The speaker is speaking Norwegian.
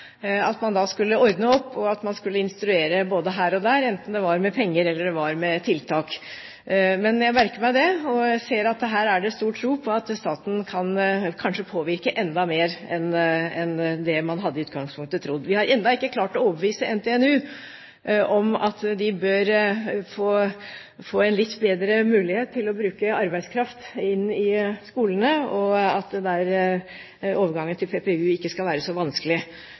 at man skal ordne opp, og at man skal instruere både her og der – enten det gjelder penger eller tiltak. Jeg merker meg det, og jeg ser at her er det stor tro på at staten kanskje kan påvirke enda mer enn det man i utgangspunktet hadde trodd. Vi har ennå ikke klart å overbevise NTNU om at de bør få en litt bedre mulighet til å bruke arbeidskraft i skolene, og at overgangen til PPU ikke skal være så vanskelig.